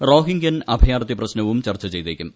റോഹിങ്ക്യൻ അഭയാർത്ഥി പ്രശ്നവും ചർച്ച ചെയ്തേക്കും